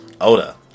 Oda